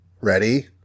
Ready